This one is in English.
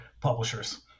publishers